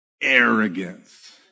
Arrogance